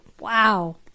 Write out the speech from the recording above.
Wow